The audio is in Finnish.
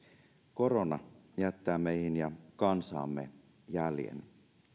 korona jättää meihin ja kansaamme jäljen